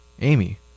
Amy